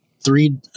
three